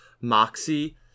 moxie